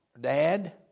dad